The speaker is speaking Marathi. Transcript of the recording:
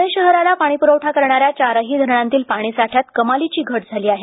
पुणे शहराला पाणी पुरवठा करणाऱ्या चारही धरणांतील पाणी साठ्यात कमालीची घट झाली आहे